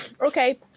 Okay